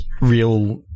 real